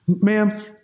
ma'am